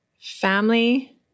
family